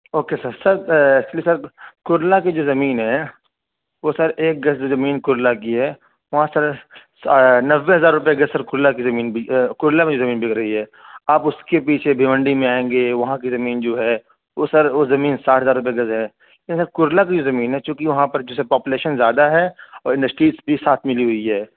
okay sir sir actually sir Kurla کی جو زمین ہے وہ سر ایک گز جو زمین کرلا کی ہے وہاں سر نوے ہزار روپئے گز سر کھلا کی زمین کرلا میں زمین بک رہی ہے آپ اس کے پیچھے بھیونڈی میں آئیں گے وہاں کی زمین جو ہے وہ سر وہ زمین ساتھ ہزار روپئے گز ہے لیکن سر کرلا کی جو زمین ہے چونکہ وہاں پر جیسے پاپولیشن زیادہ ہے اور انڈسٹریز بھی ساتھ ملی ہوئی ہے